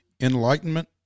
enlightenment